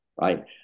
right